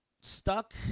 stuck